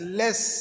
less